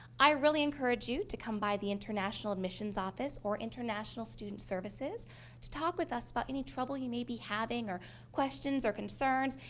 i really encourage you to come by the international admissions office or international student services to talk with us about any trouble you may be having or questions or concerns,